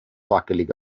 wackelig